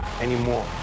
anymore